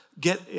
get